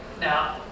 Now